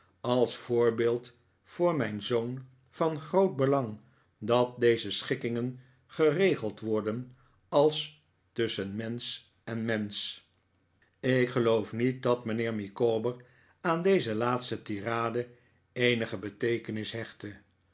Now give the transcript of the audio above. als voorbeeld voor mijn zoon van groot belang dat deze schikkingen geregeld worden als tusschen mensch en mensch ik geloof niet dat mijnheer micawber aan deze laatste tirade eenige beteekenis hechtte